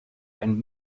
and